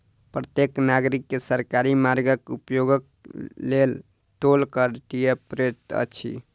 प्रत्येक नागरिक के सरकारी मार्गक उपयोगक लेल टोल कर दिअ पड़ैत अछि